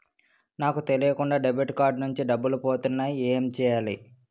నాకు తెలియకుండా debit card నుంచి డబ్బులు పోతున్నాయి ఎం చెయ్యాలి?